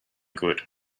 good